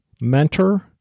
mentor